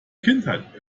kindheit